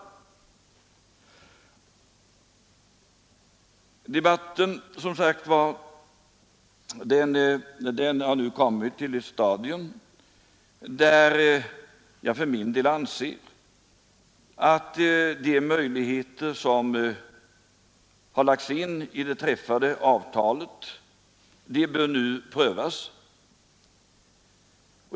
Debatten har som sagt kommit till det stadium där jag för min del anser att de möjligheter som har lagts in i det träffade avtalet nu bör prövas.